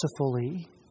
mercifully